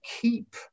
keep